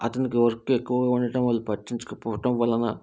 అతనికి వర్క్ ఎక్కువ ఉండటం వలన పట్టించుకోకపోవటం వలన